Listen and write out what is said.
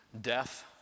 death